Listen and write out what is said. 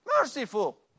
Merciful